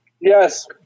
Yes